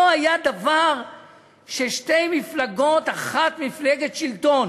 לא היה דבר ששתי מפלגות, אחת מפלגת שלטון